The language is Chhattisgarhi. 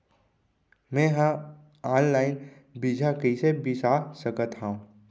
मे हा अनलाइन बीजहा कईसे बीसा सकत हाव